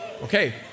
Okay